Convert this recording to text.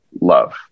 love